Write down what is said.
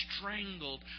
strangled